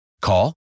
Call